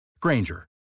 Granger